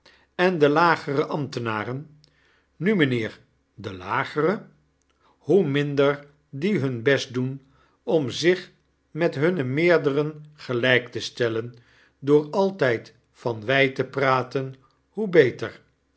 en de lagere ambtenaren nu mynheer de lagere hoe minder die hun best doen om zich met hunne meerderen gelyk te stellen door altijd van wij te praten hoe beter